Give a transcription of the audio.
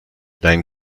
dein